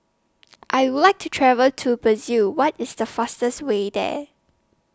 I Would like to travel to Brazil What IS The fastest Way There